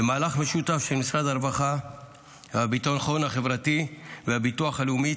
במהלך משותף של משרד הרווחה והביטחון החברתי והביטוח הלאומי,